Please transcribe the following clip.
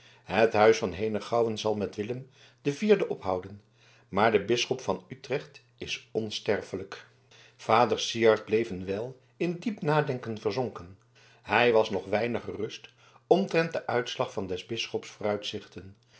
het huis van henegouwen zal met willem den vierden ophouden maar de bisschop van utrecht is onsterfelijk vader syard bleef een wijl in diep nadenken verzonken hij was nog weinig gerust omtrent den uitslag van des bisschops vooruitzichten